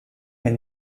elle